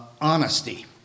honesty